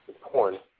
Porn